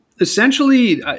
essentially